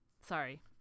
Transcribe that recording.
Sorry